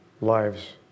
lives